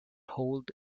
hold